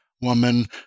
woman